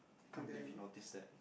can't believe he notice that